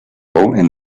and